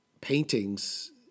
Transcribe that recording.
paintings